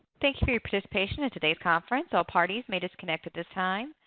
thank you for your participation in today's conference, all parties may disconnect at this time.